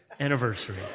anniversary